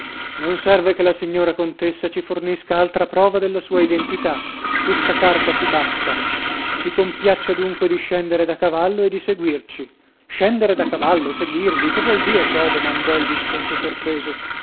non serve che la signora contessa ci fornisca altra prova della sua identità questa carta ci basta si compiaccia dunque di scendere da cavallo e di seguirci scendere da cavallo seguirvi che vuol dir ciò domandò il visconte sorpreso